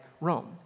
Rome